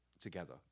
together